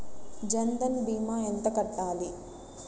జన్ధన్ భీమా ఎంత కట్టాలి?